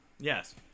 Yes